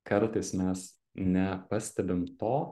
kartais mes nepastebim to